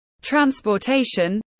transportation